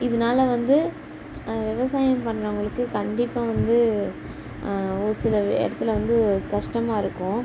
இதனால வந்து விவசாயம் பண்ணுறவங்களுக்கு கண்டிப்பாக வந்து ஒரு சில இடத்துல வந்து கஷ்டமாக இருக்கும்